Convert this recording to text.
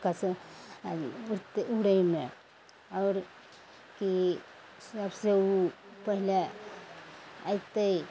ओकर उड़तय उड़यमे आओर की सबसँ उ पहिले अइतइ